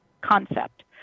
concept